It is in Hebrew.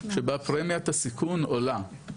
שבה פרמיית הסיכון עולה.